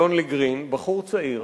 אלון-לי גרין, בחור צעיר